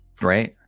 Right